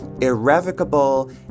irrevocable